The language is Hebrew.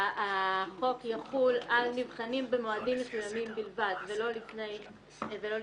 שהחוק יחול על נבחנים במועדים מסוימים בלבד ולא לפניהם,